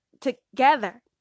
together